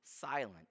silent